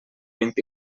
vint